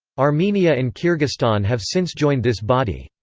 armenia and kyrgyzstan have since joined this body.